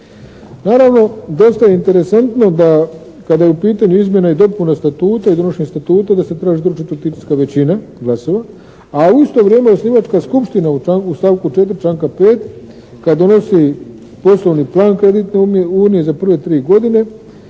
Naravno dosta je interesantno da kada je u pitanju izmjena i dopuna Statuta i donošenje Statuta da se traži 2/4 većina glasova a u isto vrijeme osnivačka skupština u stavku 4. članka 5. kad donosi poslovni plan kreditne unije za prve tri godine